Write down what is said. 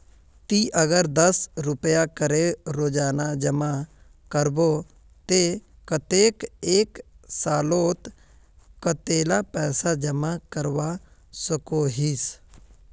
ती अगर दस रुपया करे रोजाना जमा करबो ते कतेक एक सालोत कतेला पैसा जमा करवा सकोहिस?